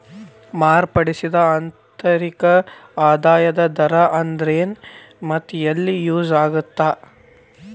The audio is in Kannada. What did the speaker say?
ಮಾರ್ಪಡಿಸಿದ ಆಂತರಿಕ ಆದಾಯದ ದರ ಅಂದ್ರೆನ್ ಮತ್ತ ಎಲ್ಲಿ ಯೂಸ್ ಆಗತ್ತಾ